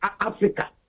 Africa